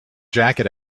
jacket